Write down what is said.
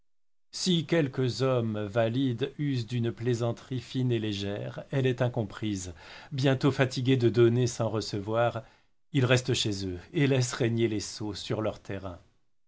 si quelques hommes valides usent d'une plaisanterie fine et légère elle est incomprise bientôt fatigués de donner sans recevoir ils restent chez eux et laissent régner les sots sur leur terrain